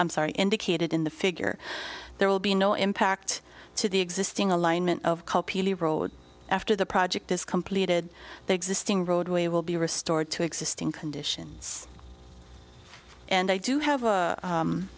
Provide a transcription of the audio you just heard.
i'm sorry indicated in the figure there will be no impact to the existing alignment of copy after the project is completed the existing roadway will be restored to existing conditions and i do have a